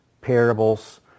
parables